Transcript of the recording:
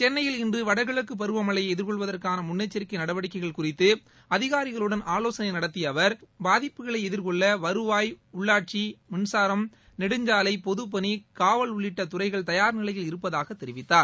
சென்னையில் இன்று வடகிழக்குப் பருவமழையை எதிர்கொள்வதற்கான முன்னெச்சரிக்கை நடவடிக்கைகள் குறித்து அதிகாரிகளுடன் ஆவோசனை நடத்திய அவர் பாதிப்புகளை எதிர்கொள்ள வருவாய் உள்ளாட்சி மின்சாரம் நெடுஞ்சாலை பொதுப்பணி காவல் உள்ளிட்ட துறைகள் தயார் நிலையில் இருப்பதாக தெரிவித்தார்